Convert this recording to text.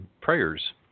prayers